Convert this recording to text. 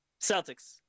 Celtics